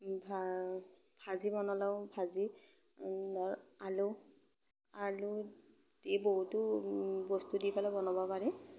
ভাজি বনালেও ভাজি ধৰ আলু আলু দি বহুতো বস্তু দি পেলাই বনাব পাৰি